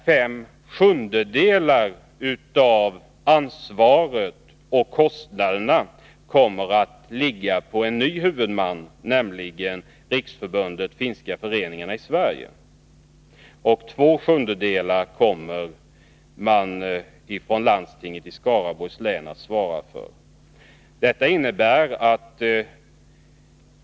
Fem sjundedelar av ansvaret och kostnaden kommer att ligga på en ny huvudman, nämligen Riksförbundet Finska föreningarna i Sverige. Landstinget i Skaraborgs län kommer att svara för två sjundedelar.